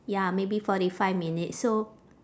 ya maybe forty five minutes so